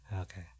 Okay